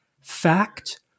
fact